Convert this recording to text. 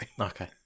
Okay